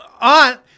aunt